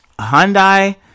Hyundai